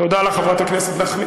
תודה לך, חברת הכנסת נחמיאס.